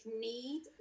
need